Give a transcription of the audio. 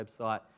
website